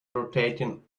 rotating